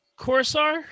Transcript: Corsar